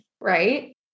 right